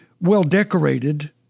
well-decorated